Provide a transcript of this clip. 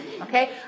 okay